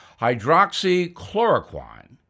hydroxychloroquine